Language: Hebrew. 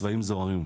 צבעים זוהרים.